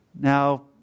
Now